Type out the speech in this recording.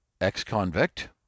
ex-convict